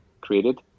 created